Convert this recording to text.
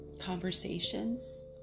conversations